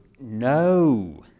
no